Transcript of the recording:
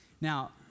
Now